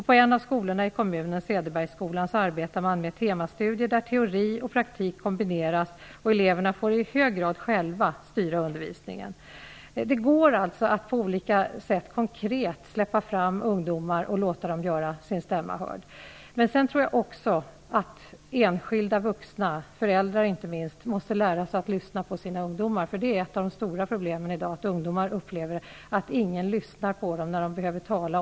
På en av skolorna i kommunen, Cederbergsskolan, arbetar man med temastudier där teori och praktik kombineras. Eleverna får i hög grad styra undervisningen själva. Det går alltså att på olika sätt konkret släppa fram ungdomar och låta dem göra sin stämma hörd. Men jag tror också att enskilda vuxna, inte minst föräldrar, måste lära sig att lyssna på ungdomar. Ett av de stora problemen i dag är att ungdomar upplever att ingen lyssnar på dem när de behöver prata.